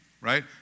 right